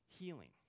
healing